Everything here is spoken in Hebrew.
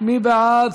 מי בעד?